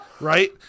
Right